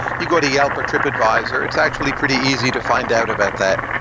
you go to yelp or tripadvisor. it's actually pretty easy to find out about that.